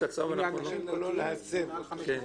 כשהוא משלם את הכסף.